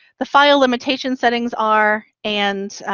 the file limitation settings are and